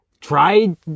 Try